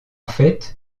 fait